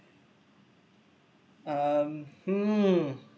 um hmm